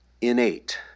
innate